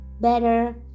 better